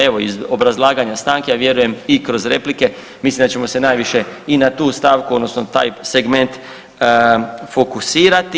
Evo iz obrazlaganja stanke, a vjerujem i kroz replike mislim da ćemo se najviše i na tu stavku odnosno na taj segment fokusirati.